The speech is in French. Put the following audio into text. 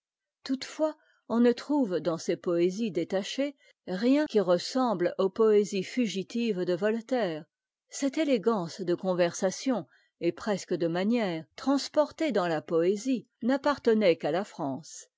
toutefois an ne trouve dans ses poésies détachées rien'qui r essemble aux poésies fugitives de voltaire cette eiégance de conversation et presque de manières trans portée dans la poésie n'appartenait qu'a a france